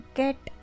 get